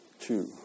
two